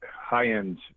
high-end